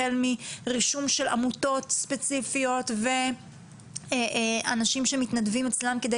החל מרישום של עמותות ספציפיות ואנשים שמתנדבים אצלם כדי